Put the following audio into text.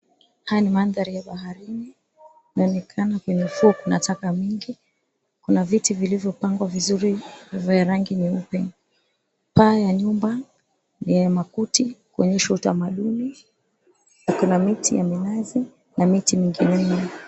Haya ni mandhari ya baharini inaonekana kwenye ufuo kuna taka mingi. Kuna viti vilivyopangwa vizuri vya rangi nyeupe. Paa ya nyumba ni ya makuti kuonyesha utamaduni kuna miti ya minazi na miti mingine mingi.